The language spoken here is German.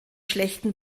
schlechten